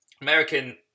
American